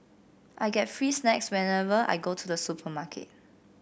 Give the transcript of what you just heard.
I get free snacks whenever I go to the supermarket